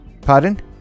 Pardon